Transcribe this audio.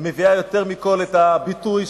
מביעה יותר מכול את הביטוי,